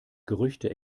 gerüchte